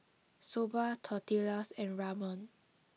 soba tortillas and ramen